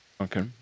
Okay